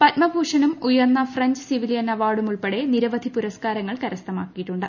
പദ്മഭൂഷണും ഉയർന്ന French civilian അവാർഡും ഉൾപ്പെടെ നിരവധി പുരസ്ക്കാരങ്ങൾ കരസ്ഥമാക്കിയിട്ടുണ്ട്